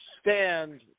stand